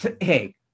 Hey